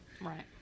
Right